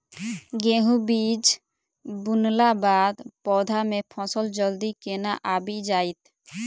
गेंहूँ बीज बुनला बाद पौधा मे फसल जल्दी केना आबि जाइत?